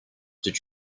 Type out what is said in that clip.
did